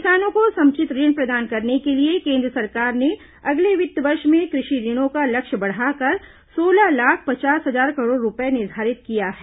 किसानों को समुचित ऋण प्रदान करने के लिए केन्द्र सरकार ने अगले वित्त वर्ष में कृषि ऋणों का लक्ष्य बढ़ाकर सोलह लाख पचास हजार करोड़ रूपये निर्धारित किया है